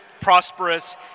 prosperous